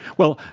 well,